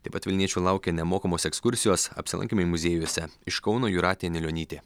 taip pat vilniečių laukia nemokamos ekskursijos apsilankymai muziejuose iš kauno jūratė anilionytė